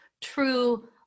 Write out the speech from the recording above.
true